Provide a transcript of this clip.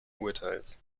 urteils